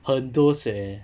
很多血